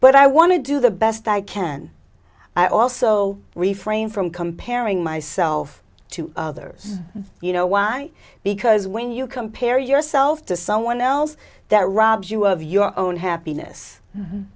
but i want to do the best i can i also refrain from comparing myself to others you know why because when you compare yourself to someone else that robs you of your own